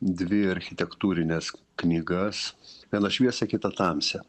dvi architektūrines knygas viena šviesią kitą tamsią